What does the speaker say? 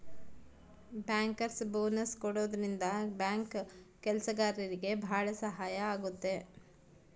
bankers bonus ಕೊಡೋದ್ರಿಂದ bank ಕೆಲ್ಸಗಾರ್ರಿಗೆ ಭಾಳ ಸಹಾಯ ಆಗುತ್ತೆ